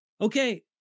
Okay